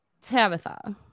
Tabitha